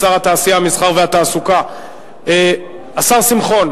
שר התעשייה, המסחר והתעסוקה, השר שמחון.